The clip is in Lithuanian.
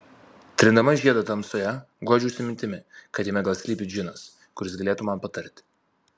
trindama žiedą tamsoje guodžiausi mintimi kad jame gal slypi džinas kuris galėtų man patarti